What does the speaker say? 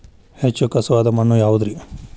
ಹೆಚ್ಚು ಖಸುವಾದ ಮಣ್ಣು ಯಾವುದು ರಿ?